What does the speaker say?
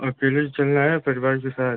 अकेले चलना है परिवार के साथ